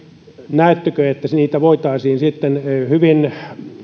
näettekö että tietoja voitaisiin hyvin